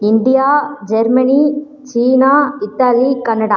India Germany China Italy Canada